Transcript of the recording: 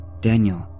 Daniel